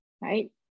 right